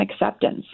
acceptance